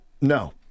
no